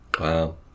wow